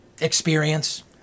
experience